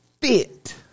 fit